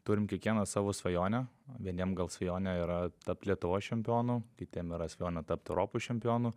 turim kiekvienas savo svajonę vieniem gal svajonė yra tapt lietuvos čempionu kitiem yra svajonė tapt europos čempionu